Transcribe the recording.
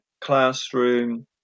classroom